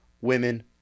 women